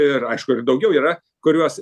ir aišku ir daugiau yra kurios